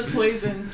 poison